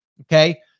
Okay